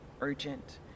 urgent